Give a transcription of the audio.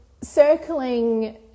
circling